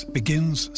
begins